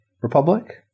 Republic